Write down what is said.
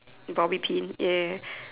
Bobby pin ya